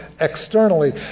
externally